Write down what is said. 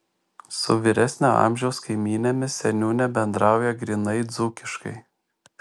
su vyresnio amžiaus kaimynėmis seniūnė bendrauja grynai dzūkiškai